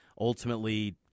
ultimately